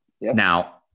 Now